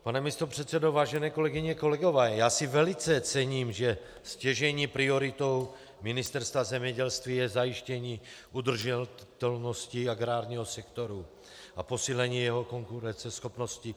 Pane místopředsedo, vážené kolegyně, kolegové, já si velice cením, že stěžejní prioritou Ministerstva zemědělství je zajištění udržitelnosti agrárního sektoru a posílení jeho konkurenceschopnosti.